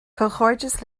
comhghairdeas